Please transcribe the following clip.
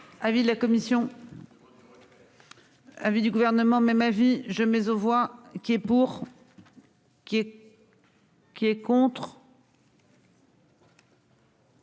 L'avis de la commission. Avis du gouvernement. Même avis je mets aux voix qui est pour.-- Qui est contre